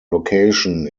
location